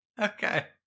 Okay